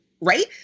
right